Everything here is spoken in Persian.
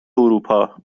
اروپا